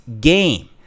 game